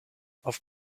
auf